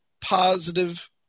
positive